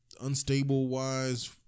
Unstable-wise